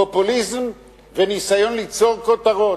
פופוליזם וניסיון ליצור כותרות.